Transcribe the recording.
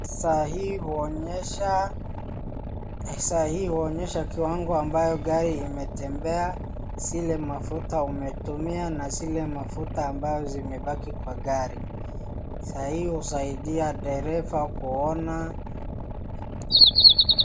Saa hii huonyesha kiwango ambayo gari imetembea, ile maguta umetumia na zile mafuta mabazo zimebaki kwa gari. Saa hii husaidia dereva kuona.